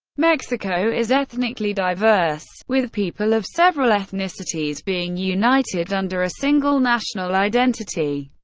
mexico is ethnically diverse with people of several ethnicities being united under a single national identity.